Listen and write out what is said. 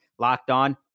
LockedOn